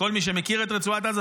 כל מי שמכיר את רצועת עזה,